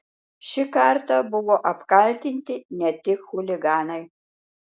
šį kartą buvo apkaltinti ne tik chuliganai